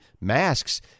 masks